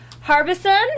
Harbison